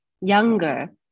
younger